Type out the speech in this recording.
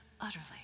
utterly